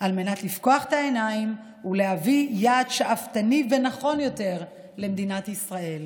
לפקוח את העיניים ולהביא יעד שאפתני ונכון יותר למדינת ישראל.